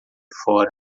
fora